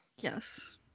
Yes